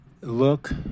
look